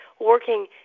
working